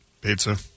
Pizza